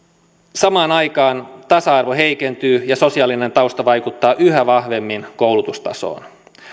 samaan aikaan tasa arvo heikentyy ja sosiaalinen tausta vaikuttaa yhä vahvemmin koulutustasoon